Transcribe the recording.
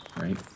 right